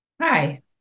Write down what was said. Hi